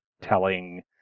telling